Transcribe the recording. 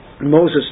Moses